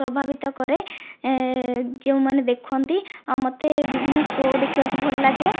ପ୍ରଭାବିତ କରେ ଯେଉଁମାନେ ଦେଖନ୍ତି ଆଉ ମୋତେ ବିଭିନ୍ନ ଶୋ ଦେଖିବାକୁ ଭଲ ଲାଗେ